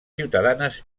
ciutadanes